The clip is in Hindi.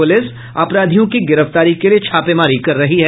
पुलिस अपराधियों की गिरफ्तारी के लिये छापेमारी कर रही है